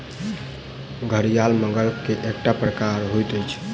घड़ियाल मगर के एकटा प्रकार होइत अछि